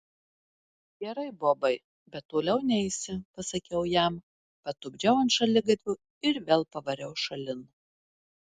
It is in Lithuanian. gerai bobai bet toliau neisi pasakiau jam patupdžiau ant šaligatvio ir vėl pavariau šalin